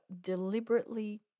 deliberately